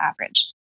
average